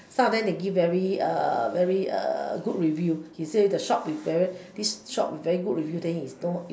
some of them they give very very good review they say the shop is very good review then is know